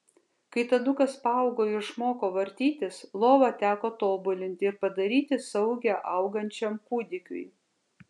kai tadukas paaugo ir išmoko vartytis lovą teko tobulinti ir padaryti saugią augančiam kūdikiui